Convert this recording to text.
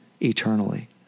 eternally